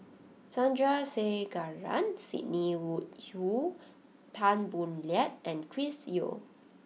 Sandrasegaran Sidney Woodhull Tan Boo Liat and Chris Yeo